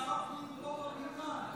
שר הפנים פה בבניין.